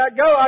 go